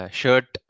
shirt